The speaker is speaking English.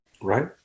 right